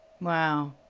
Wow